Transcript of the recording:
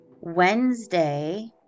Wednesday